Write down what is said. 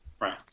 right